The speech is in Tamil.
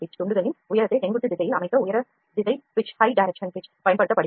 துண்டுகளின் உயரத்தை செங்குத்து திசையில் அமைக்க உயர திசை pitch பயன்படுத்தப்படுகிறது